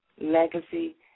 legacy